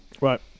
Right